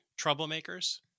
troublemakers